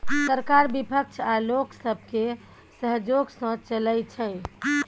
सरकार बिपक्ष आ लोक सबके सहजोग सँ चलइ छै